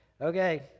okay